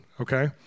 Okay